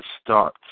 start